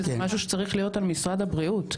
וזה משהו שצריך להיות על משרד הבריאות.